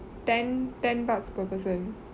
ten ten bucks per person